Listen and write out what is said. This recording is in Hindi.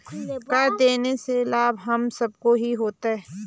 कर देने से लाभ हम सबको ही होता है